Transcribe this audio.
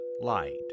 Light